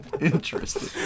interesting